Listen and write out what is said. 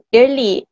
early